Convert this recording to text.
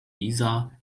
isar